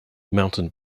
mountain